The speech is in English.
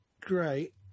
great